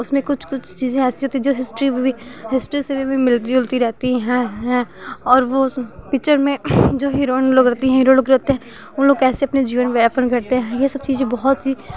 उसमें कुछ कुछ चीज़ें अच्छी होती हैं जो हिस्ट्री से भी हिस्ट्री से भी मिलती जुलती रहती है हैं और जो उस पिक्चर में जो हीरोइन लोग रहती हैं हीरो लोग रहते हैं वे लोग कैसे अपना जीवन यापन करते हैं ये सब चीज़ें बहुत सी